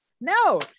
no